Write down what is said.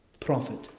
prophet